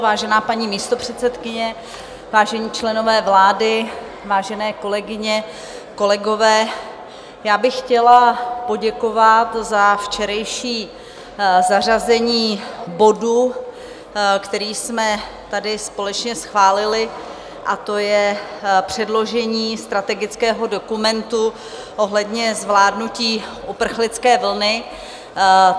Vážená paní místopředsedkyně, vážení členové vlády, vážené kolegyně, kolegové, já bych chtěla poděkovat za včerejší zařazení bodu, který jsme tady společně schválili, a to je předložení strategického dokumentu ohledně zvládnutí uprchlické vlny.